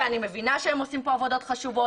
שאני מבינה שהם עושים פה עבודות חשובות